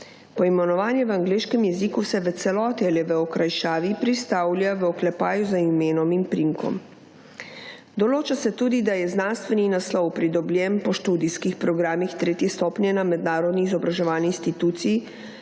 Poimenovanje v angleškem jeziku se v celoti ali v okrajšavi pristavlja v oklepaju za imenom in priimkom. Določa se tudi, da je znanstveni naslov pridobljen po študijskih programih tretje stopnje na mednarodni izobraževalni inštituciji,